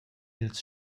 ils